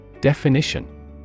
Definition